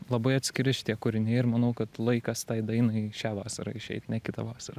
labai atskiri šitie kūriniai ir manau kad laikas tai dainai šią vasarą išeit ne kitą vasarą